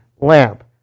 lamp